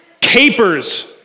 Capers